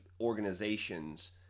organizations